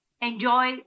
enjoy